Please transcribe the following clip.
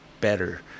better